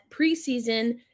preseason